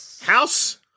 house